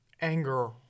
Anger